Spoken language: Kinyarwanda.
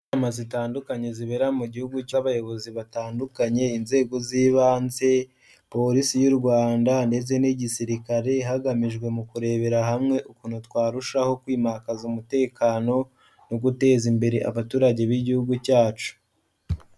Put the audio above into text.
Inama zitandukanye, zibera mu gihugu cy'abayobozi batandukanye, inzego z'ibanze, Polisi y'u Rwanda, ndetse n'igisirikare, hagamijwe mu kurebera hamwe ukuntu twarushaho kwimakaza umutekano, mu guteza imbere abaturage b'Igihugu cyacu.